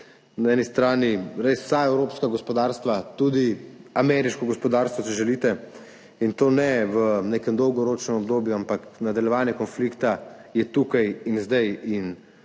na eni strani res vsa evropska gospodarstva, tudi ameriško gospodarstvo, če želite, in to ne v nekem dolgoročnem obdobju, ampak je nadaljevanje konflikta tukaj in zdaj.